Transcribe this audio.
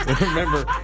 Remember